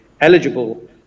eligible